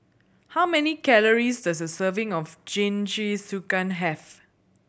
how many calories does a serving of Jingisukan have